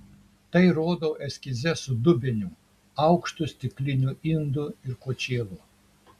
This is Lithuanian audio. tai rodau eskize su dubeniu aukštu stikliniu indu ir kočėlu